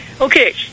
Okay